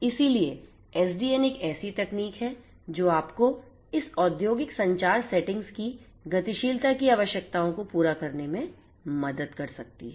इसलिए SDN एक ऐसी तकनीक है जो आपको इस औद्योगिक संचार सेटिंग्स की गतिशीलता की आवश्यकताओं को पूरा करने में मदद कर सकती है